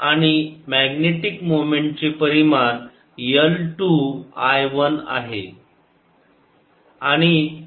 आणि magnetic moment चे परिमाण L 2 I 1 आहे